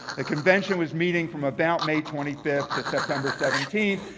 the convention was meeting from about may twenty fifth to september seventeenth.